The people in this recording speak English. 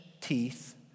teeth